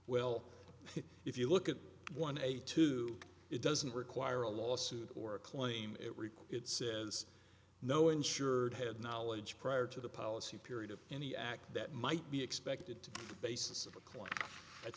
well if you look at one eighty two it doesn't require a lawsuit or a claim it required says no insured had knowledge prior to the policy period of any act that might be expected to be the basis of a coin that